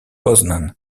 poznań